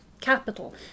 capital